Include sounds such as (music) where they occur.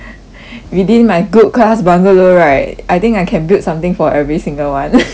within my good class bungalow right I think I can build something for every single one (laughs)